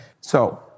So-